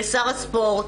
לשר הספורט,